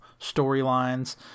storylines